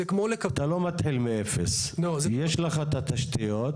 אתה לא מתחיל מאפס, כי יש לך את התשתיות.